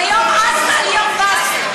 זה יום עסל יום באסל.